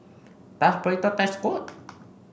does Burrito taste good